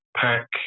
pack